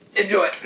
Enjoy